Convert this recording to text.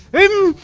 in.